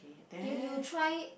you you try